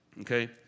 Okay